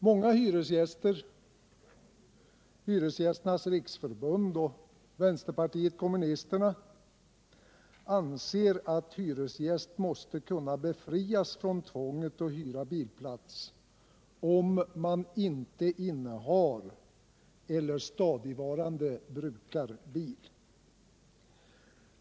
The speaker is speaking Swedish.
Många hyresgäster, Hyresgästernas riksförbund och vänsterpartiet kommunisterna anser att hyresgäst måste kunna befrias från tvånget att hyra bilplats, om man inte innehar eller stadigvarande brukar bil.